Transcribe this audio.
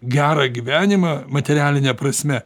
gerą gyvenimą materialine prasme